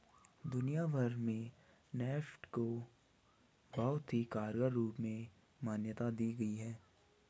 दुनिया भर में नेफ्ट को बहुत ही कारगर रूप में मान्यता दी गयी है